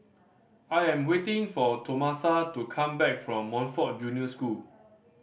I am waiting for Tomasa to come back from Montfort Junior School